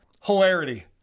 hilarity